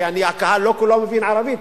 כי הקהל לא כולו מבין ערבית,